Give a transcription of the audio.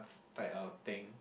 type of thing